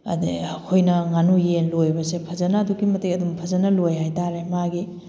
ꯑꯗꯩ ꯑꯩꯈꯣꯏꯅ ꯉꯥꯅꯨ ꯌꯦꯟ ꯂꯣꯏꯕꯁꯦ ꯐꯖꯅ ꯑꯗꯨꯛꯀꯤ ꯃꯇꯤꯛ ꯑꯗꯨꯝ ꯐꯖꯅ ꯂꯣꯏ ꯍꯥꯏ ꯇꯥꯔꯦ ꯃꯥꯒꯤ